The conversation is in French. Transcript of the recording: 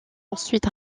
ensuite